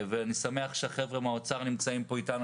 אני שמח שהחבר'ה מן האוצר נמצאים פה אתנו